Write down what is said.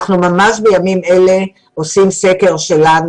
ממש בימים אלה אנחנו עושים סקר שלנו,